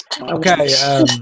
Okay